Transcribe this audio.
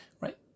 Right